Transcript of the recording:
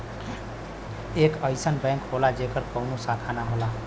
एक अइसन बैंक होला जेकर कउनो शाखा ना होला